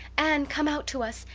anne, come out to us.